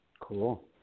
Cool